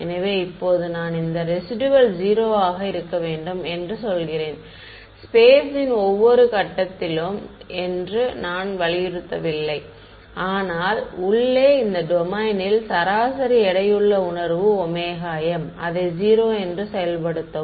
எனவே இப்போது நான் இந்த ரெசிடுயல் 0 ஆக இருக்க வேண்டும் என்று சொல்கிறேன் ஸ்பேஸின் ஒவ்வொரு கட்டத்திலும் என்று நான் வலியுறுத்தவில்லை ஆனால் உள்ளே இந்த டொமைனில் சராசரி எடையுள்ள உணர்வு Ωm அதை 0 என்று செயல்படுத்தவும்